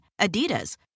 Adidas